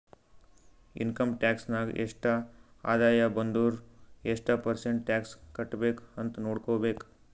income tax ನಾಗ್ ಎಷ್ಟ ಆದಾಯ ಬಂದುರ್ ಎಷ್ಟು ಪರ್ಸೆಂಟ್ ಟ್ಯಾಕ್ಸ್ ಕಟ್ಬೇಕ್ ಅಂತ್ ನೊಡ್ಕೋಬೇಕ್